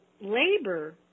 labor